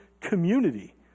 community